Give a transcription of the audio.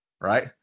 right